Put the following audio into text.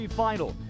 final